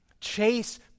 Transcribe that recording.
Chase